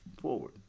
forward